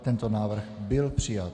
Tento návrh byl přijat.